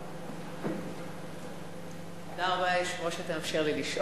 אדוני היושב-ראש, תודה רבה שאתה מאפשר לי לשאול.